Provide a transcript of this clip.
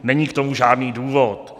Není k tomu žádný důvod.